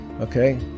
okay